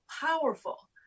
powerful